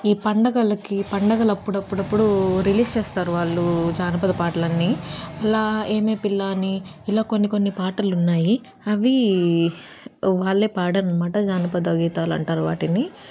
ఈ పండగలకి పండగల అప్పుడప్పుడప్పుడు రిలీజ్ చేస్తారు వాళ్ళే జానపద పాటలన్నీ అలా ఏమే పిల్లా అని ఇలా కొన్ని కొన్ని పాటలున్నాయి అవీ వాళ్ళే పాడారన్నమాట జానపద గీతాలంటారు వాటిని